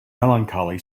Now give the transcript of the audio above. melancholy